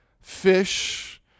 fish